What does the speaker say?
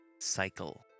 Cycle